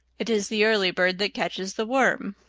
it is the early bird that catches the worm,